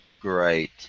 Great